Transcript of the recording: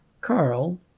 Carl